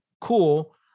cool